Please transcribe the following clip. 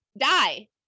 Die